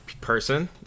Person